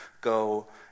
go